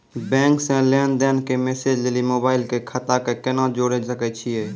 Bank से लेंन देंन के मैसेज लेली मोबाइल के खाता के केना जोड़े सकय छियै?